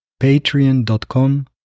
Patreon.com